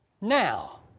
now